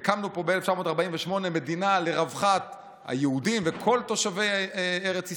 הקמנו פה ב-1948 מדינה לרווחת היהודים וכל תושבי ארץ ישראל,